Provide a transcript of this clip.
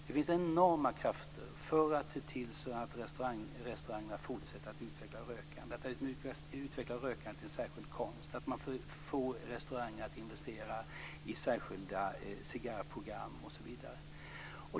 Det finns enorma krafter för att se till att restaurangerna utvecklar rökandet till en särskild konst. Man vill förmå restauranger att investera i särskilda cigarrprogram osv.